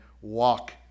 walk